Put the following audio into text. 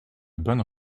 bonnes